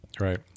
Right